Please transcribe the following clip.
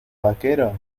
vaquero